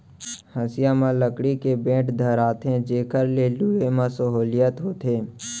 हँसिया म लकड़ी के बेंट धराथें जेकर ले लुए म सहोंलियत होथे